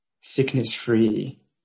sickness-free